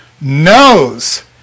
knows